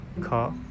car